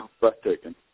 breathtaking